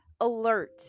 alert